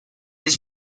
was